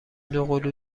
دوقلو